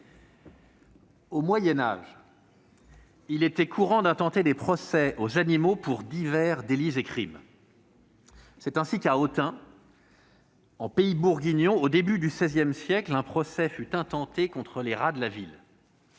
au Moyen Âge, d'intenter des procès aux animaux pour divers délits et crimes. C'est ainsi qu'à Autun, en pays bourguignon, au début du XVI siècle, un procès fut intenté aux rats de la ville